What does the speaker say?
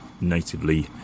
natively